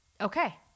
okay